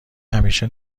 همیشه